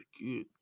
Good